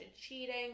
cheating